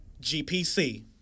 GPC